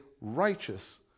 righteous